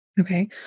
Okay